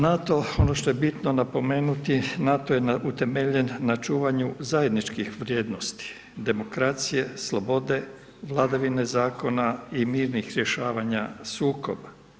NATO ono što je bitno napomenuti, NATO je utemeljen na čuvanju zajedničkih vrijednosti demokracije, slobode, vladavine zakona i mirnih rješavanja sukoba.